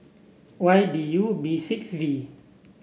Y D U B six V